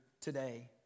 today